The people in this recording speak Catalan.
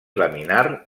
laminar